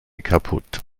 kaputt